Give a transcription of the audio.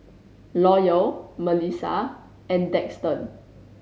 Loyal Milissa and Daxton